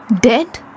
Dead